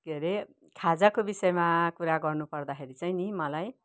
के हेरे खाजाको विषयमा कुरा गर्नुपर्दाखेरि चाहिँ नि मलाई